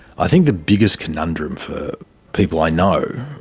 i think the biggest conundrum for people i know,